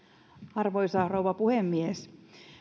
arvoisa rouva puhemies